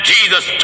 Jesus